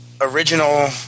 original